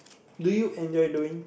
do you enjoy doing